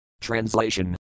Translation